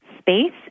space